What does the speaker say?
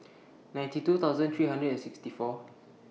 ninety two thousand three hundred and sixty four